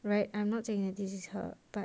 right I'm not saying that this is her but